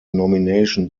nomination